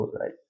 right